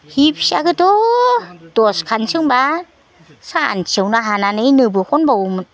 हि फिसाखोथ' दसखान सोंब्ला सानसेयावनो हानानै नोबो खनबावोमोन